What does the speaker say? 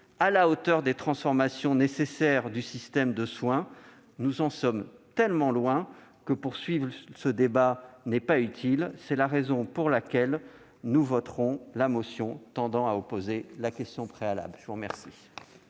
de santé, des transformations nécessaires du système de soins. Nous en sommes tellement loin que la poursuite de ce débat ne nous semble pas utile. C'est la raison pour laquelle nous voterons la motion tendant à opposer la question préalable. La parole